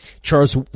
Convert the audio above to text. Charles